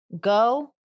go